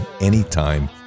anytime